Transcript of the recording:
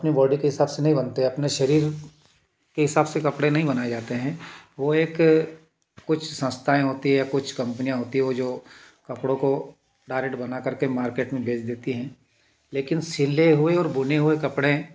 अपने बॉडी के हिसाब से नहीं बनते अपने शरीर के हिसाब से कपड़े नहीं बनाएँ जातें हैं वह एक कुछ संस्थाएँ होती हैं कुछ कम्पनियाँ होती हैं वो जो कपड़ों को डैरेक्ट बना करके बेच देती है लेकिन सिले हुए और बुने हुए कपड़े